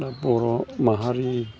दा बर' माहारि